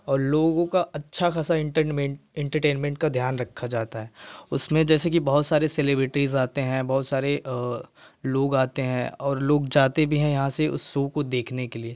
और लोगों का अच्छा खासा एंटरमेंट एंटरटेनमेंट का ध्यान रखा जाता है उसमें जैसे कि बहुत सारे सेलिब्रिटीस आते हैं बहुत सारे लोग आते हैं और लोग जाते भी हैं यहाँ से उस शो को देखने के लिए